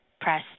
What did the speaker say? press